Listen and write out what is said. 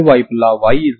t0 ని అందించారు